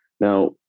now